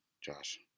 Josh